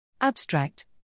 Abstract